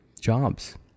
jobs